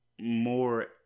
more